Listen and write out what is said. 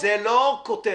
זה לא כותרת,